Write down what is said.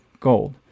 gold